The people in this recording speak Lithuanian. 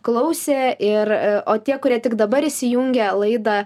klausė ir o tie kurie tik dabar įsijungė laidą